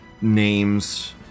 names